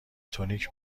تونیک